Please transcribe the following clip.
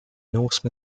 norse